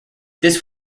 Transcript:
this